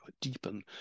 deepen